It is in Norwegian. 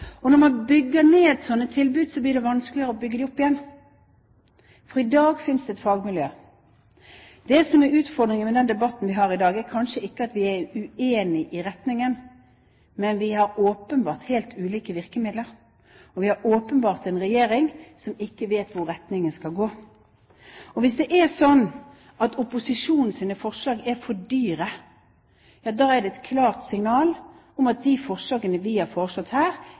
man bygger ned slike tilbud, blir det vanskeligere å bygge dem opp igjen, for i dag finnes det et fagmiljø. Det som er utfordringen ved den debatten vi har i dag, er kanskje ikke at vi er uenige i retningen, men vi har åpenbart helt ulike virkemidler, og vi har åpenbart en regjering som ikke vet hvor retningen skal gå. Hvis det er slik at opposisjonens forslag er for dyre, ja da er det et klart signal om at de forslagene vi har foreslått her,